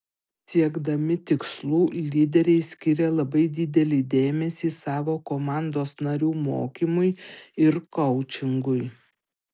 siekdami tikslų lyderiai skiria labai didelį dėmesį savo komandos narių mokymui ir koučingui